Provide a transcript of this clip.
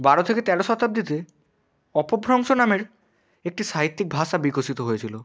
বারো থেকে তেরো শতাব্দীতে অপভ্রংশ নামের একটি সাহিত্যিক ভাষা বিকশিত হয়েছিল